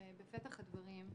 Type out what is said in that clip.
בפתח הדברים,